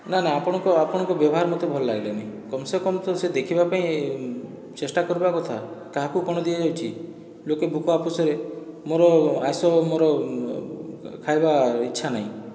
ନା ନା ଆପଣଙ୍କ ଆପଣଙ୍କ ବ୍ୟବହାର ମୋତେ ଭଲ ଲାଗିଲାନି କମ ସେ କମ ସେ ଦେଖିବା ପାଇଁ ଚେଷ୍ଟା କରିବା କଥା କାହାକୁ କଣ ଦିଆଯାଇଛି ଲୋକେ ଭୁକ ଉପାସରେ ମୋର ଆଇଁଷ ମୋର ଖାଇବା ଇଚ୍ଛା ନାହିଁ